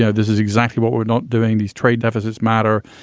yeah this is exactly what we're not doing. these trade deficits matter.